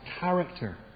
character